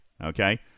okay